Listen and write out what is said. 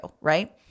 right